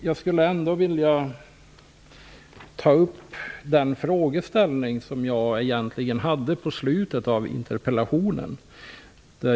Jag vill ändå ta upp den fråga som jag ställde i slutet av interpellationen.